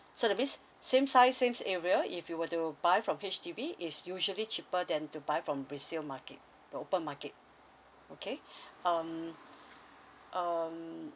so that means same size same area if you were to buy from H_D_B it's usually cheaper than to buy from presumed market the open market okay um um